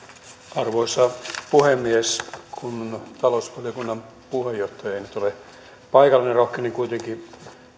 arvoisa puhemies talousvaliokunnan puheenjohtaja ei nyt ole paikalla mutta rohkenen kuitenkin